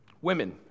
Women